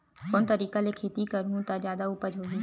कोन तरीका ले खेती करहु त जादा उपज होही?